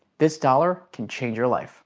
this dollar can change your life.